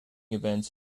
events